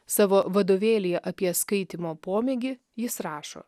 savo vadovėlyje apie skaitymo pomėgį jis rašo